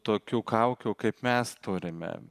tokių kaukių kaip mes turime